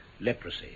leprosy